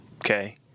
Okay